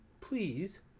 please